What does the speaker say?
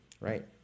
right